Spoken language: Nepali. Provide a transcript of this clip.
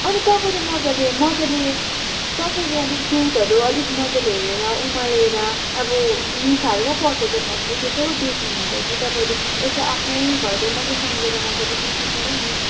अन्त तपाईँले मज्जाले मज्जाले तपाईँले अलिक दुधहरू अलिक मज्जाले हेरेर उमालेर अब मुसाहरू पो पसेको छ कि त्यस्तो पो बेच्नु हुन्छ कि तपाईँले यसो आफ्नै घरकै मान्छे सम्झेर मज्जाले बेच्नु पऱ्यो नि